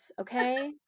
okay